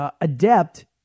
Adept